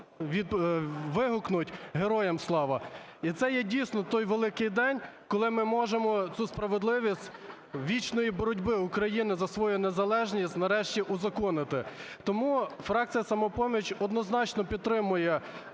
вигукнуть "Героям слава!". І це є, дійсно, той великий день, коли ми можемо цю справедливість вічної боротьби України за свою незалежність, нарешті, узаконити. Тому фракція "Самопоміч" однозначно підтримує